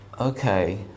Okay